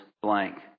blank